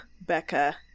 Becca